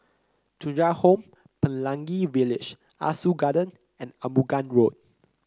Thuja Home Pelangi Village Ah Soo Garden and Arumugam Road